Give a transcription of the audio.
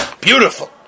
Beautiful